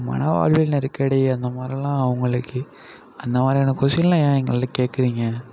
மணவாழ்வில் நெருக்கடி அந்தமாதிரிலாம் அவங்களுக்கு அந்தமாதிரியான கொஷின்லாம் ஏன் எங்கள்கிட்ட கேட்குறீங்க